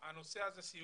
הנושא הזה של סיוע,